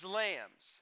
lambs